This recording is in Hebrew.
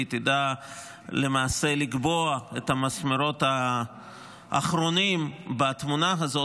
והיא תדע למעשה לקבוע את המסמרות האחרונים בתמונה הזאת,